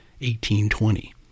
1820